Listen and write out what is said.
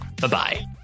bye-bye